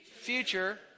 Future